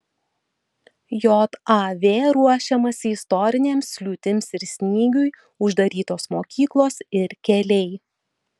jav ruošiamasi istorinėms liūtims ir snygiui uždarytos mokyklos ir keliai